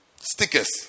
stickers